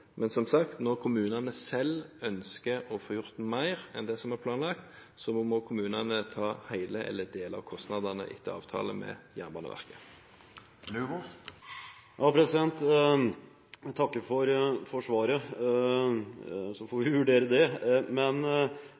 men som sagt, når kommunene selv ønsker å få gjort mer enn det som er planlagt, må kommunene ta alle eller deler av kostnadene etter avtale med Jernbaneverket. Jeg takker for svaret, så får vi vurdere det. Men